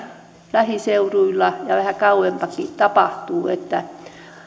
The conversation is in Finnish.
lähiseuduilla ja vähän kauempanakin tapahtuu